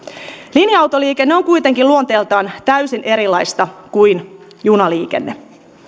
linja autoliikenne on kuitenkin luonteeltaan täysin erilaista kuin junaliikenne